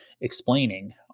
explaining